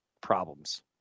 problems